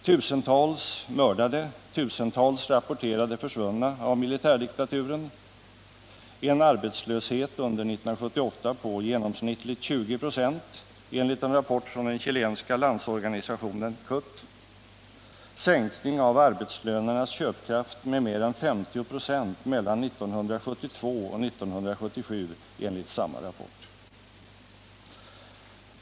Tusentals mördade, tusentals rapporterade ”försvunna” av militärdiktaturen, en arbetslöshet under 1978 på genomsnittligt 20 96 enligt en rapport från den chilenska landsorganisationen CUT, sänkning av arbetslönernas köpkraft med mer än 50 96 mellan 1972 och 1977 enligt samma rapport.